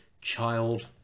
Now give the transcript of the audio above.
child